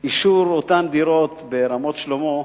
אישור אותן דירות ברמת-שלמה,